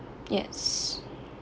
yes